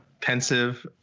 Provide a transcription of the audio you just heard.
pensive